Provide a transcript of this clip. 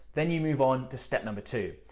then you move onto step number two.